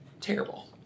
terrible